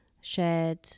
shared